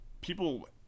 people